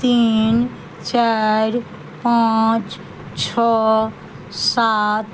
तीन चारि पाँच छओ सात